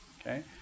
okay